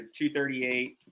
238